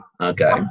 okay